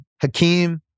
Hakeem